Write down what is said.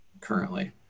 currently